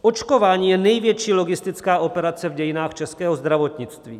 Očkování je největší logistická operace v dějinách českého zdravotnictví.